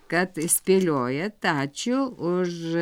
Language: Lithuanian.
kad spėliojat ačiū už